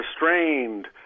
restrained